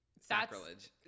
Sacrilege